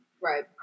Right